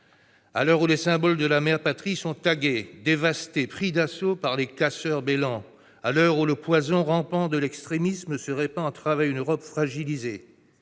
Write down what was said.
À l'heure où les symboles de la mère patrie sont tagués, dévastés, pris d'assaut par des casseurs bêlants, où le poison rampant de l'extrémisme se répand à travers une Europe fragilisée,